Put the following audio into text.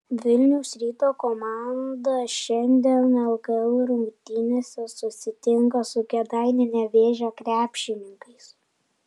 vilniaus ryto komanda šiandien lkl rungtynėse susitinka su kėdainių nevėžio krepšininkais